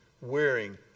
wearing